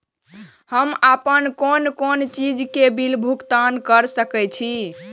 हम आपन कोन कोन चीज के बिल भुगतान कर सके छी?